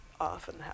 often